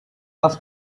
ask